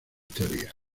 teorías